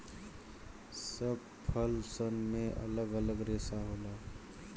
सब फल सन मे अलग अलग रेसा होला